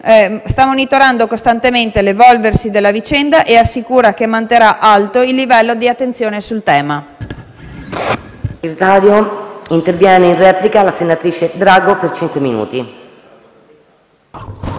sta monitorando costantemente l'evolversi della vicenda e assicura che manterrà alto il livello di attenzione sul tema.